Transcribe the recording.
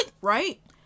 Right